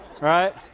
Right